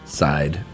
side